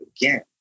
again